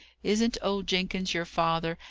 isn't old jenkins your father,